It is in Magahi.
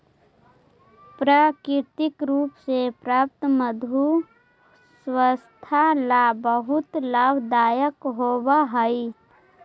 प्राकृतिक रूप से प्राप्त मधु स्वास्थ्य ला बहुत लाभदायक होवअ हई